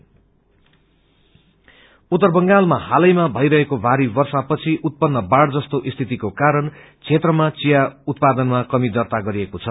T damage उत्तर बंगालमा हालैमा भईरहेको भारी वध्य पछि उत्पन्न बाढ़ जस्तो स्थितिको कारण क्षेत्रमा चिया उत्पादनमा कमी दार्ता गरिएको छ